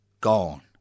gone